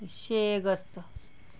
ते छे अगस्त